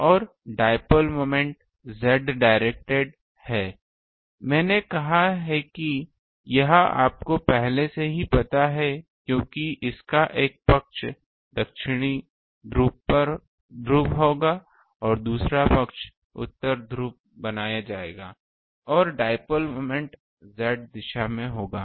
और dipole moment z directed है मैंने कहा कि यह आपको पहले से ही पता है क्योंकि इसका एक पक्ष दक्षिण ध्रुव होगा दूसरा पक्ष उत्तर ध्रुव बनाया जाएगा और डाइपोल मोमेंट Z दिशा में होगा